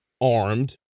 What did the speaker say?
armed